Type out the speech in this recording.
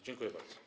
Dziękuję bardzo.